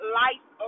life